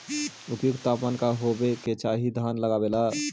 उपयुक्त तापमान का होबे के चाही धान लगावे ला?